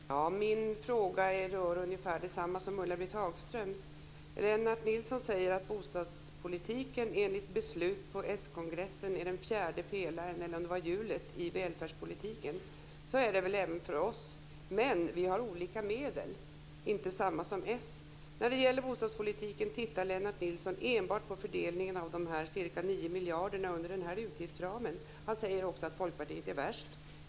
Fru talman! Min fråga är ungefär densamma som Lennart Nilsson säger att enligt beslut på skongressen är bostadspolitiken den fjärde pelaren - eller om det var hjulet - i välfärdspolitiken. Så är det även för oss. Men vi i Folkpartiet har andra medel, inte samma medel som socialdemokraterna. När det gäller bostadspolitiken ser Lennart Nilsson enbart på fördelningen av de ca 9 miljarderna som ingår i den här utgiftsramen. Han säger också att Folkpartiet är värst.